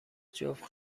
جفت